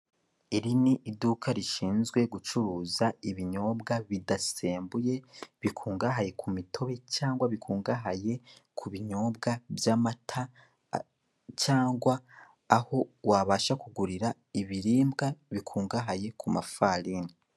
Iri ni iduka rishinzwe gucuruza ibinyobwa bidasembuye bikungahaye ku mitobe cyangwa bikungahaye ku binyobwa by'amata cyangwa aho wabasha kugurira ibiribwa bikungahaye ku mafarini.